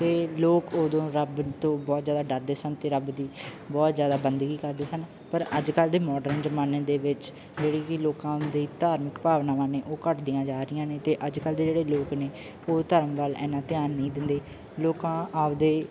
ਅਤੇ ਲੋਕ ਉਦੋਂ ਰੱਬ ਤੋਂ ਬਹੁਤ ਜ਼ਿਆਦਾ ਡਰਦੇ ਸਨ ਅਤੇ ਰੱਬ ਦੀ ਬਹੁਤ ਜ਼ਿਆਦਾ ਬੰਦਗੀ ਕਰਦੇ ਸਨ ਪਰ ਅੱਜ ਕੱਲ੍ਹ ਦੇ ਮੌਡਰਨ ਜ਼ਮਾਨੇ ਦੇ ਵਿੱਚ ਜਿਹੜੀ ਕਿ ਲੋਕਾਂ ਦੀ ਧਾਰਮਿਕ ਭਾਵਨਾਵਾਂ ਨੇ ਉਹ ਘੱਟਦੀਆਂ ਜਾ ਰਹੀਆਂ ਨੇ ਅਤੇ ਅੱਜ ਕੱਲ੍ਹ ਦੇ ਜਿਹੜੇ ਲੋਕ ਨੇ ਉਹ ਧਰਮ ਵੱਲ ਇੰਨਾਂ ਧਿਆਨ ਨਹੀਂ ਦਿੰਦੇ ਲੋਕਾਂ ਆਪਦੇ